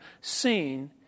seen